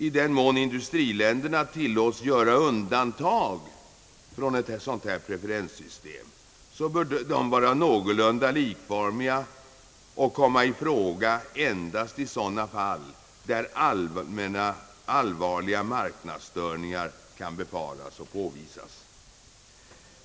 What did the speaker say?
I den mån industriländerna tillåts göra undantag från preferenssystemet, bör dessa undantag vara någorlunda likformade och komma i fråga endast i sådana fall då allvarliga marknadsstörningar kan befaras och påvisas.